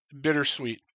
bittersweet